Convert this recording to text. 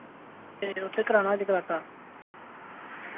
ते उत्थै कराना जगराता